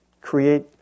create